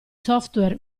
software